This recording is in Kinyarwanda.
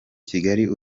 kigali